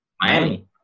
Miami